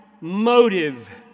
motive